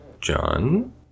john